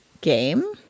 game